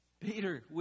Peter